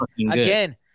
again